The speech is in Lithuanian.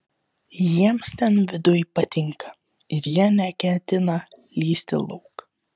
jiems ten viduj patinka ir jie neketina lįsti lauk